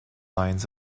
lions